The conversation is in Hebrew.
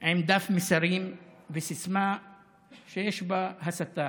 עם דף מסרים וסיסמה שיש בה הסתה: